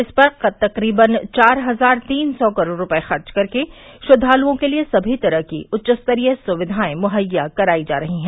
इस पर तकरीबन चार हजार तीन सौ करोड़ रूपये खर्च कर के श्रद्वालुओं के लिए सभी तरह की उच्च स्तरीय सुविधायें मुहैया करायी जा रही हैं